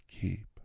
keep